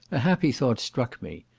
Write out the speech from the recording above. a happy thought struck me.